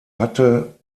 hatte